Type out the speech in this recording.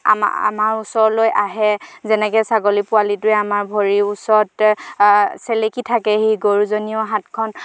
আমাৰ আমাৰ ওচৰলৈ আহে যেনেকৈ ছাগলী পোৱালিটোৱে আমাৰ ভৰিৰ ওচৰত চেলেকি থাকেহি গৰুজনীয়েও হাতখন